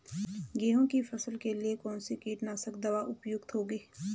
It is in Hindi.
गेहूँ की फसल के लिए कौन सी कीटनाशक दवा उपयुक्त होगी?